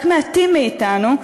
רק מעטים מאתנו,